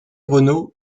renaud